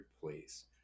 place